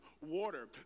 water